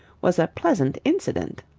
was a pleasant incident.